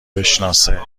بشناسه